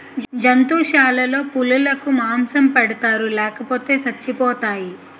జంతుశాలలో పులులకు మాంసం పెడతారు లేపోతే సచ్చిపోతాయి